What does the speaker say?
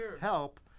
help